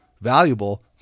Valuable